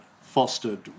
fostered